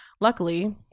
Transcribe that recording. Luckily